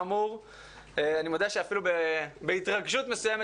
אני מודה שאפילו בהתרגשות מסוימת,